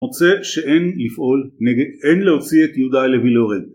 רוצה שאין לפעול, אין להוציא את יהודי לוי לורג